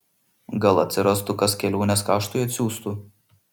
gal atsirastų kas kelionės kaštui atsiųstų